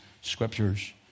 scriptures